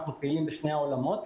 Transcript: אנחנו פעילים בשני העולמות,